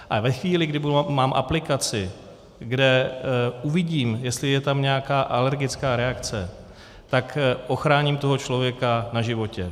A ve chvíli, kdy mám aplikaci, kde uvidím, jestli je tam nějaká alergická reakce, tak ochráním toho člověka na životě.